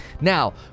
now